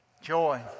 Joy